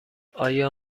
آیا